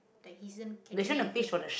like he isn't catching anything